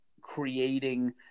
creating